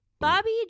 Bobby